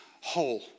whole